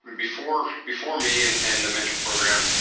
before before me and and the mentor program,